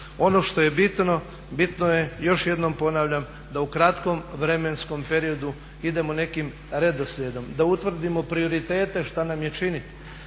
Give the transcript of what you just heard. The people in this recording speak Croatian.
Ono što je bitno, bitno je još jednom ponavljam da u kratkom vremenskom periodu idemo nekim redoslijedom, da utvrdimo prioritete šta nam je činiti